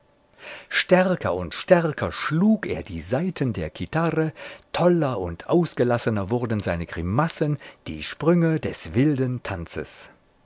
stärker und stärker schlug er die saiten der chitarre toller und ausgelassener wurden die grimassen die sprünge des wilden tanzes